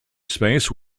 space